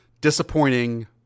disappointing